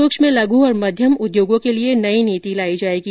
सुक्ष्म लघु और मध्यम उद्योगों के लिए नई नीति लाई जाएगी